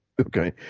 Okay